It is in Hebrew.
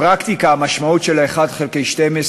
אני יכול לספר שלפחות בפרקטיקה המשמעות של 1 חלקי 12,